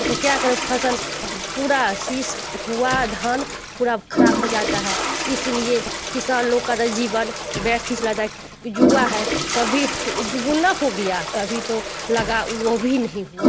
तो क्या करें फसल पूरा हुआ धान पूरा खराब हो जाता है इसीलिए किसान लोग का तो जीवन व्यर्थ ही चला जा जुआ है कभी दुगुना हो गया कभी तो लगा वो भी नहीं हुआ